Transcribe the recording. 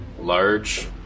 Large